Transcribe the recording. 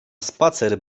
spacer